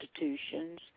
institutions